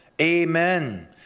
Amen